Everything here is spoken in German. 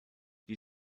die